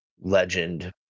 legend